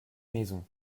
maison